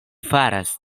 faras